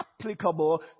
applicable